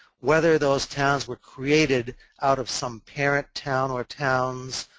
whether those towns were created out of some parent town or towns,